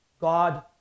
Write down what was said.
God